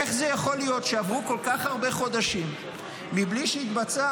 איך יכול להיות שעברו כל כך הרבה חודשים בלי שהתבצעה